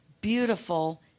beautiful